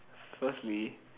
firstly